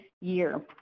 Year